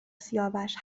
سیاوش